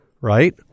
right